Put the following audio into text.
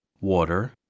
water